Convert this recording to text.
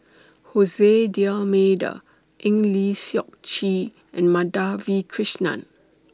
Jose D'almeida Eng Lee Seok Chee and Madhavi Krishnan